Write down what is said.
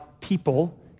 people